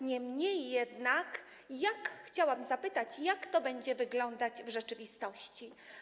Niemniej jednak chciałabym zapytać: Jak to będzie wyglądać w rzeczywistości?